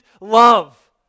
love